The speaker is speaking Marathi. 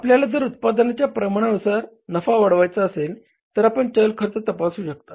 आपल्याला जर उत्पादनाच्या प्रमाणानुसार नफा वाढवायचा असेल तर आपण चल खर्च तपासू शकता